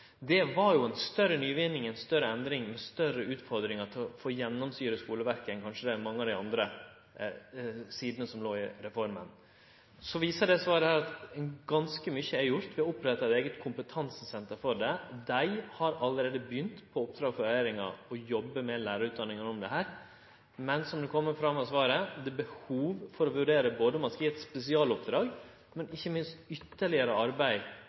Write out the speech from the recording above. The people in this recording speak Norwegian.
det var ei større nyvinning, ei større endring og ei større utfordring å gjennomsyre skulverket enn kanskje mykje av det andre som låg i reforma. Så viser dette svaret at ganske mykje er gjort, vi har oppretta eit eige kompetansesenter for det. Dei har allereie begynt – på oppdrag frå regjeringa – å jobbe med lærarutdanninga på dette. Men som det kjem fram av svaret, er det behov for å vurdere om ein skal gje eit spesialoppdrag og ikkje minst ytterlegare arbeid